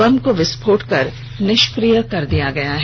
बम को विस्फोट कर निष्क्रिय कर दिया गया है